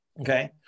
Okay